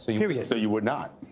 so period. so you would not.